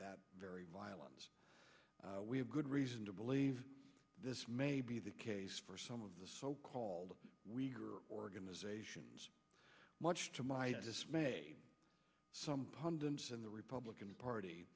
that very violence we have good reason to believe this may be the case for some of the so called we are organizations much to my dismay some pundits in the republican party